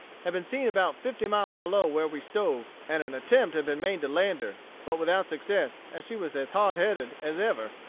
had been seen about fifty miles below where we stove, and an attempt had been made to land her, but without success, as she was as hard-headed as ever.